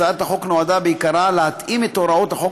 הצעת החוק נועדה בעיקר להתאים את הוראות החוק